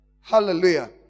Hallelujah